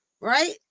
right